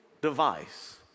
device